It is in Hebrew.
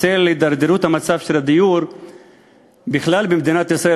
בצל ההידרדרות במצב הדיור בכלל במדינת ישראל,